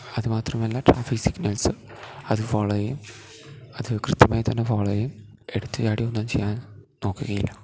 അത് മാത്രമല്ല traffic signals അത് ഫോളോ ചെയ്യും അത് കൃത്യമായി തന്നെ ഫോളോ ചെയ്യും എടുത്ത് ചാടി ഒന്നും ചെയ്യാൻ നോക്കുകയില്ല